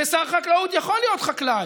ושר חקלאות יכול להיות חקלאי,